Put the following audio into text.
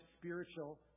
spiritual